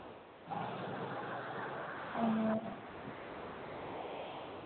ꯑ